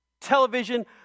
television